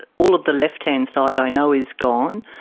all of the left-hand side i know is gone,